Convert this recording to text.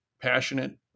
passionate